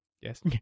Yes